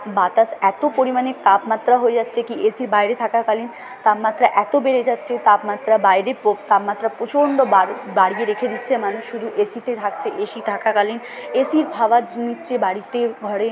বাতাস এত পরিমাণে তাপমাত্রা হয়ে যাচ্ছে কি এ সির বাইরে থাকাকালীন তাপমাত্রা এত বেড়ে যাচ্ছে তাপমাত্রা বাইরে পো তাপমাত্রা প্রচণ্ড বাড়ে বাড়িয়ে রেখে দিচ্ছে মানুষ শুধু এ সিতে থাকছে এসিতে থাকাকালীন এ সির হাওয়া যো নিচ্ছে বাড়িতে ঘরে